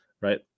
right